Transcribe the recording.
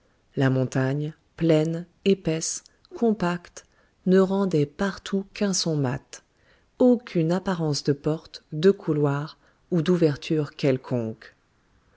la montagne pleine épaisse compacte ne rendait partout qu'un son mat aucune apparence de porte de couloir ou d'ouverture quelconque